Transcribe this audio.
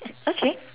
okay